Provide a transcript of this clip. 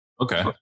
Okay